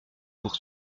pour